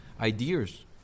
ideas